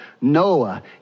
Noah